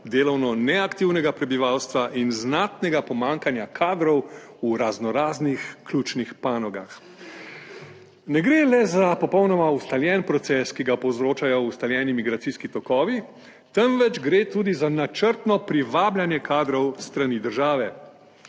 delovno neaktivnega prebivalstva in znatnega pomanjkanja kadrov v raznoraznih ključnih panogah. Ne gre le za popolnoma ustaljen proces, ki ga povzročajo ustaljeni migracijski tokovi, temveč gre tudi za načrtno privabljanje kadrov s strani države.